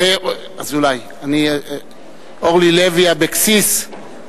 אורלי לוי אבקסיס,